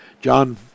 john